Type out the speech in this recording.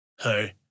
Hi